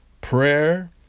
prayer